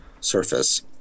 surface